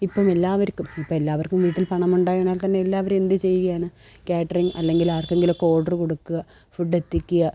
ഇപ്പം എല്ലാവർക്കും ഇപ്പം എല്ലാവർക്കും വീട്ടിൽ പണമുണ്ടായാൽ തന്നെ എല്ലാവരും എന്ത് ചെയ്യാനാ കാറ്ററിങ്ങ് അല്ലെങ്കിൽ ആർക്കെങ്കിലൊക്കെ ഓർഡറ് കൊടുക്കുക ഫുഡെത്തിക്കുക